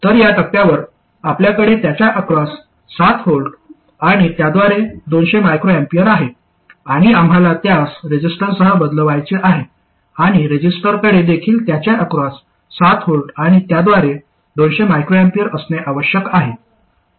तर या टप्प्यावर आपल्याकडे त्याच्या अक्रॉस 7V आणि त्याद्वारे 200 µA आहे आणि आम्हाला त्यास रेझिस्टरसह बदलवायचे आहे आणि रेझिस्टरकडे देखील त्याच्या अक्रॉस 7V आणि त्याद्वारे 200 µA असणे आवश्यक आहे